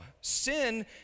sin